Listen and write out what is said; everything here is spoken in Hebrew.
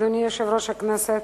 אדוני יושב-ראש הכנסת,